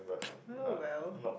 oh well